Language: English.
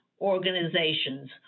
organizations